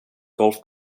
golf